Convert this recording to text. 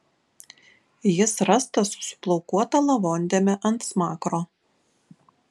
jis rastas su plaukuota lavondėme ant smakro